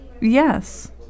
Yes